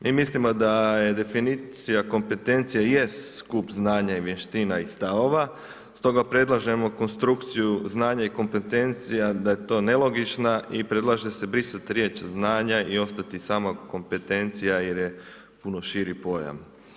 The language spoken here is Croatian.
Mi mislimo da je definicija kompetencija je skup znanja i vještina i stavova, stoga predlažemo konstrukciju znanja i kompetencija da je to nelogična i predlaže se brisati riječ znanja i ostati samo kompetencija jer je puno širi pojam.